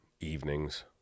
evenings